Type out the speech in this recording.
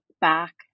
back